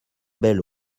belle